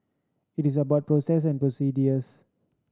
it is about process and procedures